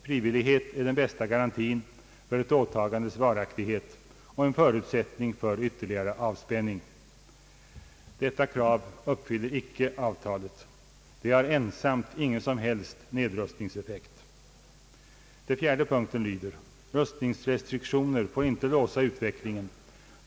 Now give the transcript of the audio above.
Frivilligheten är den bästa garantin för ett åtagandes varaktighet och en förutsättning för ytterligare avspänning.» Detta krav uppfyller icke avtalet. Det har ensamt ingen som helst nedrustningseffekt. Den fjärde punkten lyder: »Rustningsrestriktioner får inte låsa utvecklingen.